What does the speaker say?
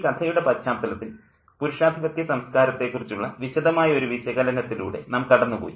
ഈ കഥയുടെ പശ്ചാത്തലത്തിൽ പുരുഷാധിപത്യ സംസ്കാരത്തെക്കുറിച്ചുള്ള വിശദമായ ഒരു വിശകലനത്തിലൂടെ നാം കടന്നുപോയി